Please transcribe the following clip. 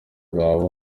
baba